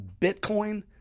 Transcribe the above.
Bitcoin